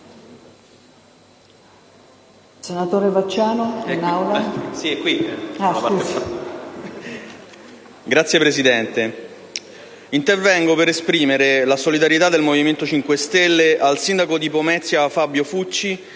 Signora Presidente, intervengo per esprimere la solidarietà del Movimento 5 Stelle al sindaco di Pomezia Fabio Fucci,